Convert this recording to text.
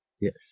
Yes